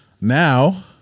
Now